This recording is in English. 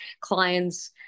clients